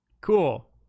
Cool